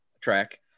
track